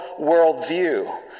worldview